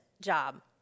job